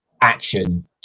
action